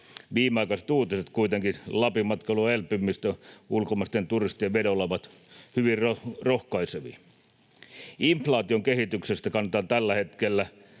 Viimeaikaiset uutiset kuitenkin Lapin-matkailun elpymisestä ulkomaisten turistien vedolla ovat hyvin rohkaisevia. Inflaation kehityksestä kannetaan tällä hetkellä